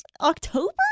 October